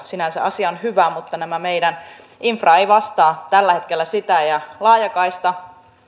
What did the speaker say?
sinänsä asia on hyvä mutta tämä meidän infra ei vastaa tällä hetkellä sitä laajakaista